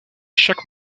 chaque